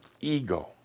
Ego